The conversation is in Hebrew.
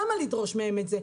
למה לדרוש מהם את זה?